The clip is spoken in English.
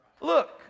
Look